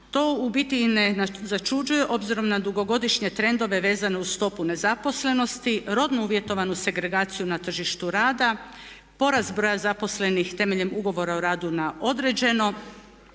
To u biti ne začuđuje obzirom na dugogodišnje trendove vezane uz stopu nezaposlenosti, rodno uvjetovanu segregaciju na tržištu rada, porast broja zaposlenih temeljem ugovora o radu na određeno,